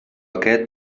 aquest